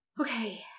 Okay